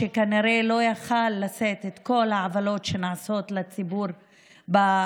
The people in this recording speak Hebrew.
שכנראה לא יכול היה לשאת את כל העוולות שנעשות לציבור בנגב,